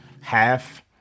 half